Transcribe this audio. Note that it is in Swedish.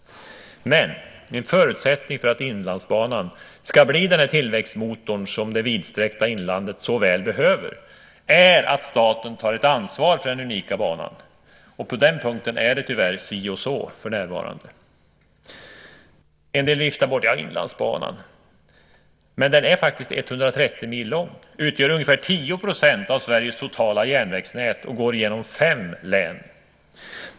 Men en förutsättning för att Inlandsbanan ska bli den tillväxtmotor som det vidsträckta inlandet så väl behöver är att staten tar ett ansvar för den unika banan, och på den punkten är det tyvärr si och så för närvarande. En del vill vifta bort Inlandsbanan. Men den är faktiskt 130 mil lång och utgör ungefär 10 % av Sveriges totala järnvägsnät och går genom fem län.